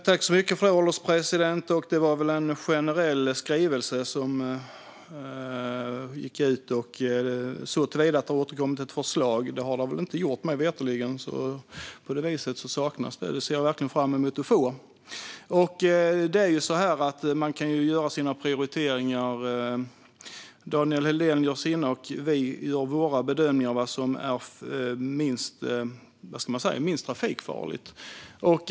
Herr ålderspresident! Det var väl en generell skrivelse som gick ut. Mig veterligen har det inte kommit något förslag, så på det viset saknas det något. Det ser jag verkligen fram emot att få. Man kan ju göra sina prioriteringar - Daniel Helldén gör sina och vi gör våra bedömningar av vad som är minst trafikfarligt.